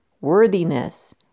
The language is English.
worthiness